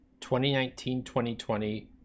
2019-2020